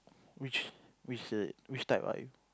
which which which type are you